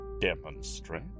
Demonstrate